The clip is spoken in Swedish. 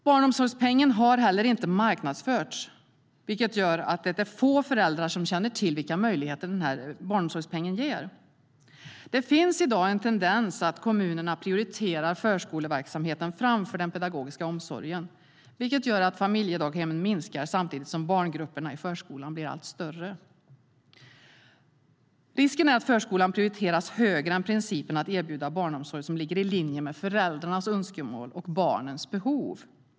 Barnomsorgspengen har heller inte marknadsförts, vilket gör att det är få föräldrar som känner till vilka möjligheter barnomsorgspengen ger. Det finns i dag en tendens att kommunerna prioriterar förskoleverksamheten framför den pedagogiska omsorgen, vilket gör att familjedaghemmen minskar samtidigt som barngrupperna i förskolan blir allt större. Risken är att förskolan prioriteras högre än principen att erbjuda barnomsorg som ligger i linje med föräldrarnas önskemål och barnens behov.